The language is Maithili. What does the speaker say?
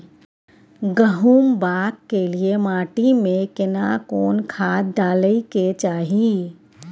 गहुम बाग के लिये माटी मे केना कोन खाद डालै के चाही?